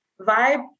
vibe